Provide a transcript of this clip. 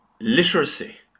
literacy